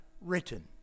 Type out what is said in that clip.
written